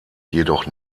jedoch